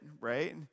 right